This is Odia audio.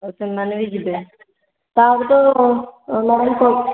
ଓଃ ସେମାନେ ବି ଯିବେ ତାହେଲେ ତ ମ୍ୟାଡ଼ାମ